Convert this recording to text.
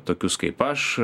tokius kaip aš